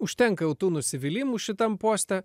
užtenka jau tų nusivylimų šitam poste